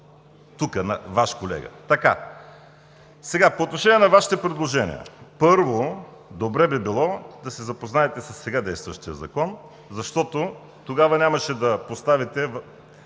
тук, Ваш колега. По отношение на Вашите предложения. Първо, добре би било да се запознаете със сега действащия Закон, защото тогава нямаше да поставите